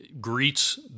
greets